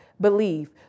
believe